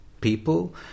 people